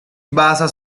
basa